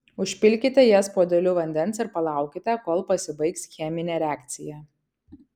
užpilkite jas puodeliu vandens ir palaukite kol pasibaigs cheminė reakcija